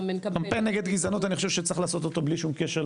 קמפיין נגד גזענות אני חושב שצריך לעשות אותו בלי שום קשר,